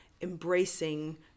embracing